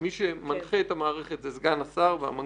מי שמנחה את המערכת זה סגן השר והמנכ"ל.